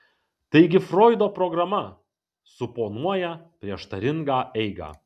taigi froido programa suponuoja prieštaringą eigą